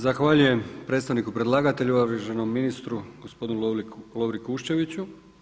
Zahvaljujem predstavniku predlagatelja, uvaženom ministru gospodinu Lovri Kuščeviću.